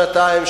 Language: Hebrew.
שנתיים,